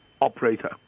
operator